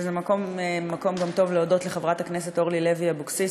וזה גם מקום טוב להודות לחברת הכנסת אורלי לוי אבקסיס